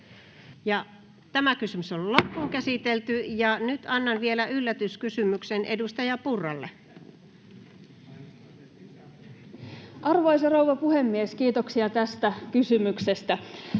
meidän kaikkien hengen. Nyt annan vielä yllätyskysymyksen edustaja Purralle. Arvoisa rouva puhemies, kiitoksia tästä kysymyksestä!